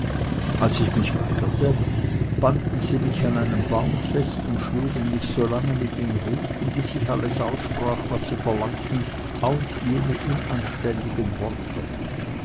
als ich mich weigerte banden sie mich an einen baum fest und schlugen mich so lange mit den ruten bis ich alles aussprach was sie verlangten auch jene unanständigen worte